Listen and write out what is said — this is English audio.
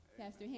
Pastor